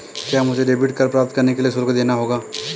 क्या मुझे debit card प्राप्त करने के लिए शुल्क देना होगा?